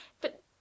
But